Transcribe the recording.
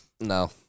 No